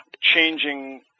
Changing